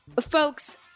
Folks